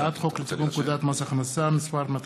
הצעת חוק הביטוח הלאומי (תיקון מס' 208),